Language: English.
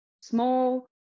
small